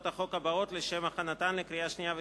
החוק הבאות לשם הכנתן לקריאה שנייה ושלישית: